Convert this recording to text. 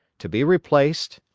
to be replaced,